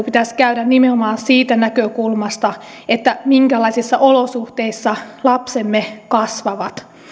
pitäisi käydä nimenomaan siitä näkökulmasta minkälaisissa olosuhteissa lapsemme kasvavat